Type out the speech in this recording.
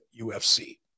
UFC